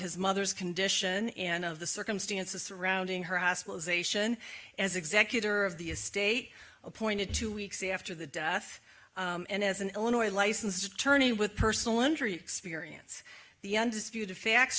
his mother's condition and of the circumstances surrounding her hospitalization as executor of the estate appointed two weeks after the death and as an illinois licensed attorney with personal injury experience the undisputed facts